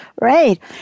Right